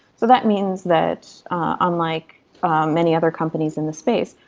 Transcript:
so that means that unlike many other companies in the space,